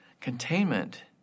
Containment